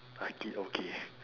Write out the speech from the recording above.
I think okay